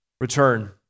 return